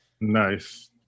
nice